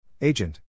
Agent